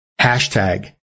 Hashtag